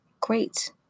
great